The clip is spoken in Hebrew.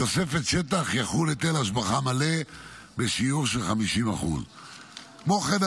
בתוספת שטח יחול היטל השבחה מלא בשיעור 50%. כמו כן,